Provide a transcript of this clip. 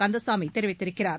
கந்தசாமி தெரிவித்திருக்கிறார்